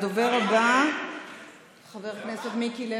הדובר הבא, חבר הכנסת מיקי לוי,